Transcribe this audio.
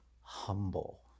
humble